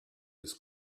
his